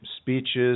speeches